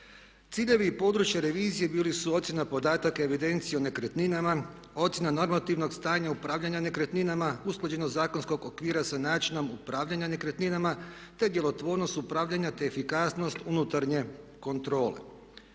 Ciljevi i područja revizije bili su ocjena podataka i evidencije o nekretninama, ocjena normativnog stanja upravljanja nekretninama, usklađenost zakonskog okvira sa načinom upravljanja nekretnina te djelotvornost upravljanja te efikasnost unutarnje kontrole.